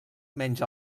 menys